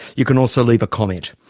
you can also leave a comment.